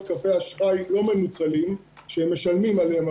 קווי אשראי לא מנוצלים שהם משלמים עליהם,